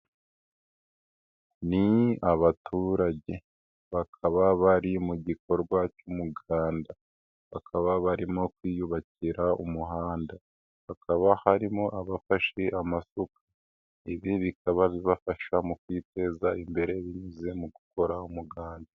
Ni abaturage bakaba bari mu gikorwa cy'umuganda, bakaba barimo kwiyubakira umuhanda, hakaba harimo abafashe amasuka. ibi bikaba bibafasha mu kwiteza imbere binyuze mu gukora umuganda.